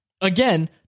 again